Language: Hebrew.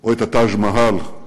או את ה"טאג' מאהל".